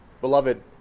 Beloved